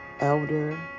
Elder